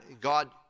God